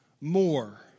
more